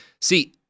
See